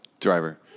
driver